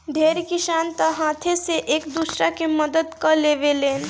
ढेर किसान तअ हाथे से एक दूसरा के मदद कअ लेवेलेन